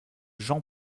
jean